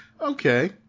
Okay